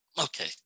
Okay